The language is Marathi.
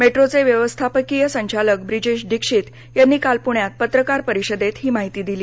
मेट्रोचे व्यवस्थापकीय संचालक ब्रिजेश दीक्षित यांनी काल पृण्यात पत्रकार परिषदेत ही माहिती दिली